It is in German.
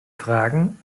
fragen